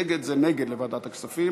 נגד זה נגד ההעברה לוועדת הכספים.